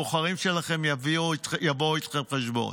הבוחרים שלכם יבואו אתכם חשבון.